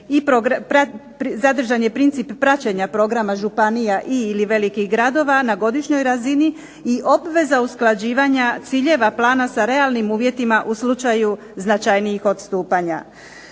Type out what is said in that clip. zadržan je princip praćenja programa županija i/ili velikih gradova na godišnjoj razini, i obveza usklađivanja ciljeva plana sa realnim uvjetima u slučaju značajnijih odstupanja.